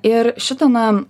ir šitą na